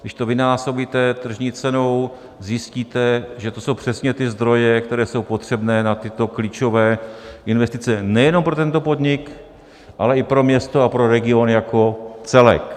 Když to vynásobíte tržní cenou, zjistíte, že to jsou přesně ty zdroje, které jsou potřebné na tyto klíčové investice nejenom pro tento podnik, ale i pro město a pro regiony jako celek.